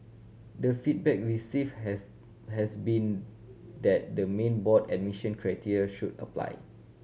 the feedback receive have has been that the main board admission criteria should apply